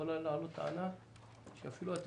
לא הייתי רוצה שהסוגיה הזאת